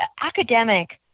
academic